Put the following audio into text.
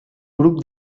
grup